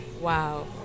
Wow